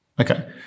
Okay